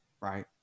right